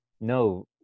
no